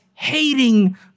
Hating